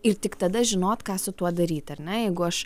ir tik tada žinot ką su tuo daryt ar ne jeigu aš